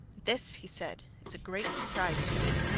this, he said, is a great surprise to me.